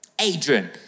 Adrian